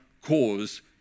cause